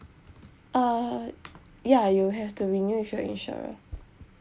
uh ya you have to renew with your insurer